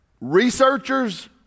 Researchers